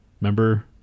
Remember